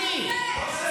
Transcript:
חלאס.